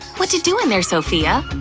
watcha doin' there, sophia?